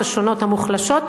השונות המוחלשות,